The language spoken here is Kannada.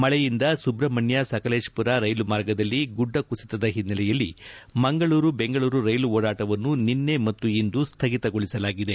ಮಳೆಯಿಂದ ಸುಬ್ರಹಣ್ಯ ಸಕಲೇಶಪುರ ರೈಲು ಮಾರ್ಗದಲ್ಲಿ ಗುಡ್ಡ ಕುಸಿತದ ಹಿನ್ನೆಲೆಯಲ್ಲಿ ಮಂಗಳೂರು ಬೆಂಗಳೂರು ರೈಲು ಓಡಾಟವನ್ನು ನಿನ್ನೆ ಮತ್ತು ಇಂದು ಸ್ಥಗಿತಗೊಳಿಸಲಾಗಿದೆ